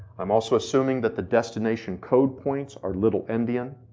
i'm also assuming that the destination code points our little-endian,